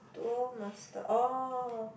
Duel-Master orh